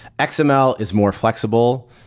ah xml is more flexible.